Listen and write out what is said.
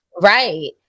Right